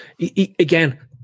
again